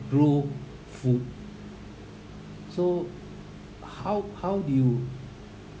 grow food so how how do you